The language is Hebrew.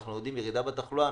כשאנחנו רואים ירידה בתחלואה.